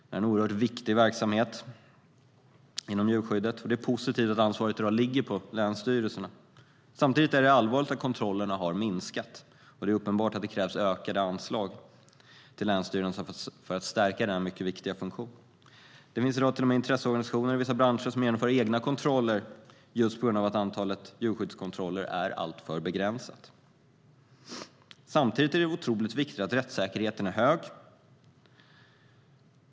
Det är en oerhört viktig verksamhet inom djurskyddet, och det är positivt att ansvaret i dag ligger på länsstyrelserna. Samtidigt är det allvarligt att kontrollerna har minskat. Det är uppenbart att det krävs ökade anslag till länsstyrelserna för att stärka denna mycket viktiga funktion. Det finns i dag i vissa branscher till och med intresseorganisationer som genomför egna kontroller just på grund av att antalet djurskyddskontroller är alltför begränsat. Samtidigt är det otroligt viktigt att rättssäkerheten är hög.